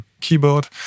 keyboard